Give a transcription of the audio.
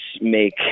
make